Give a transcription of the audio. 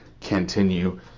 continue